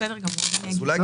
בסדר גמור, אגיד.